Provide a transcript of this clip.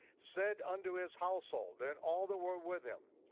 said unto his household and all the world with him,